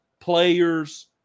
players